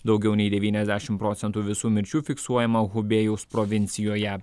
daugiau nei devyniasdešim procentų visų mirčių fiksuojama hubėjaus provincijoje